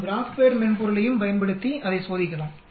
நாம் graph pad மென்பொருளையும் பயன்படுத்தி அதை சோதிக்கலாம்